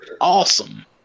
Awesome